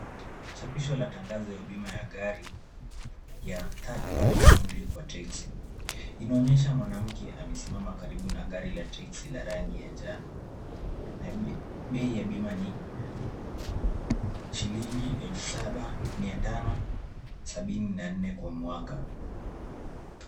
Chapisho la tangazo ya bima ya gari, ya, third-party only kwa teksi. Inaonyesha mwanamke amesimama karibu na gari la teksi la rangi ya njano, na bei ya bima ni shilingi elfu saba mia tano sabini na nne kwa mwaka.